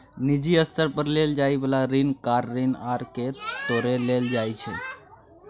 निजी स्तर पर लेल जाइ बला ऋण कार ऋण आर के तौरे लेल जाइ छै